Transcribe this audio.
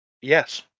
Yes